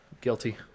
Guilty